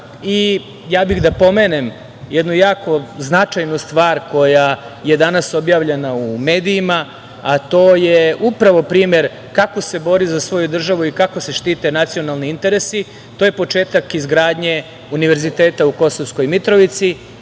bih da pomenem jednu jako značajnu stvar koja je danas objavljena u medijima, a to je upravo primer kako se bori za svoju državu i kako se štite nacionalni interesi. To je početak izgradnje univerziteta u Kosovskoj Mitrovici,